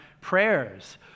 prayers